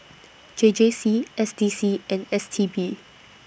J J C S D C and S T B